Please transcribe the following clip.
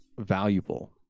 valuable